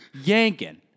Yanking